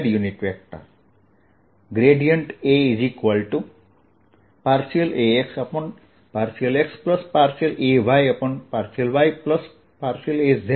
A2xx2yy 3zz